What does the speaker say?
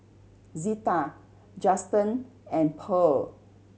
Zeta Justen and Pearl